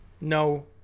No